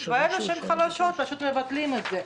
בעוד הרשויות החלשות פשוט מבטלים את זה.